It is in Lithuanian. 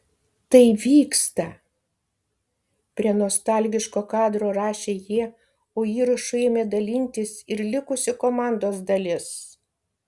tai vyksta prie nostalgiško kadro rašė jie o įrašu ėmė dalintis ir likusi komandos dalis